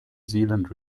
zealand